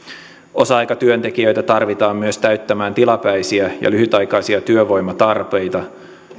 osa aikatyöntekijöitä tarvitaan myös täyttämään tilapäisiä ja lyhytaikaisia työvoimatarpeita